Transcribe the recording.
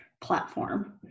platform